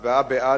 בעד,